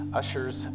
ushers